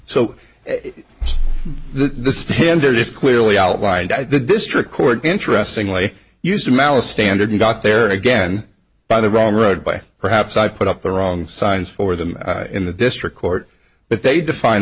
so the standard is clearly outlined by the district court interestingly used to malice standard you got there again by the wrong road by perhaps i put up the wrong signs for them in the district court but they define